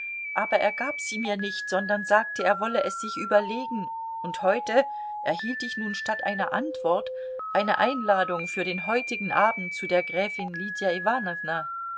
aber er gab sie mir nicht sondern sagte er wolle es sich überlegen und heute erhielt ich nun statt einer antwort eine einladung für den heutigen abend zu der gräfin lydia